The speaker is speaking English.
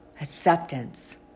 Acceptance